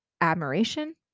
admiration